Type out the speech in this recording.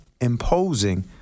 imposing